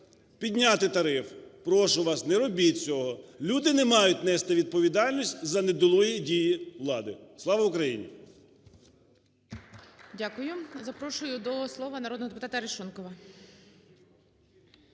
підняти тариф. Прошу вас, не робіть цього. Люди не мають нести відповідальність за недолугі дії влади. Слава Україні!